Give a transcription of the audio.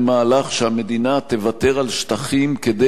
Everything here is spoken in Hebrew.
תוותר על שטחים כדי להקים שכונות,